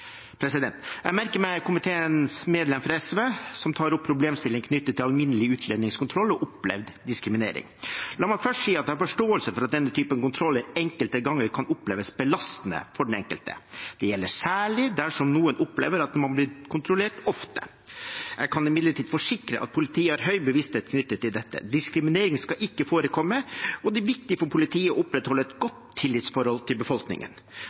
Jeg merker meg komiteens medlem fra SV, som tar opp problemstillingen knyttet til alminnelig utlendingskontroll og opplevd diskriminering. La meg først si at jeg har forståelse for at denne typen kontroll enkelte ganger kan oppleves belastende. Det gjelder særlig dersom noen opplever å bli kontrollert ofte. Jeg kan imidlertid forsikre om at politiet har høy bevissthet knyttet til dette. Diskriminering skal ikke forekomme. Det er viktig for politiet å opprettholde et godt tillitsforhold til befolkningen.